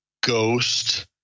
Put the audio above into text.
ghost